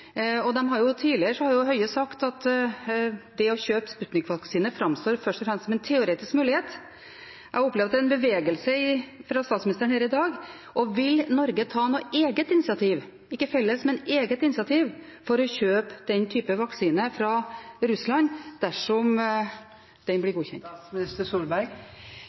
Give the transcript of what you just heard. Tidligere har jo Høie sagt at det å kjøpe Sputnik-vaksine først og fremst framstår som en teoretisk mulighet. Jeg opplever at det er en bevegelse fra statsministeren her i dag. Vil Norge ta noe eget initiativ – ikke felles, men eget initiativ – for å kjøpe den typen vaksine fra Russland, dersom den blir godkjent?